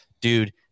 dude